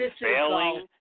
failing